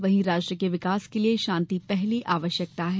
वहीं राष्ट्र के विकास के लिये शांति पहली आवश्यकता है